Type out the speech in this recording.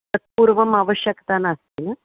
तत्पूर्वम् आवश्यकता नास्ति वा